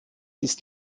dies